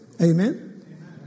Amen